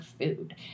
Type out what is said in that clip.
food